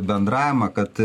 bendravimą kad